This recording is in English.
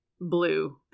blue